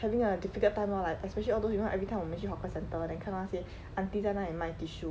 having a difficult time lor like especially all those you know everytime 我们去 hawker center then 看到那些 aunty 在那里卖 tissue